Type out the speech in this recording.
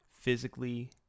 physically